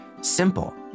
simple